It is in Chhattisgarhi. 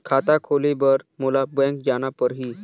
खाता खोले बर मोला बैंक जाना परही?